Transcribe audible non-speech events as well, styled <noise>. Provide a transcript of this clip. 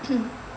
<coughs>